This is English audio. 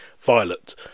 Violet